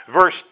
Verse